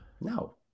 No